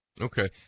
Okay